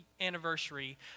anniversary